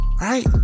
Right